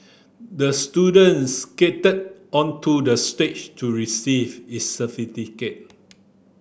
the student skated onto the stage to receive its certificate